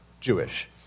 Jewish